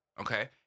okay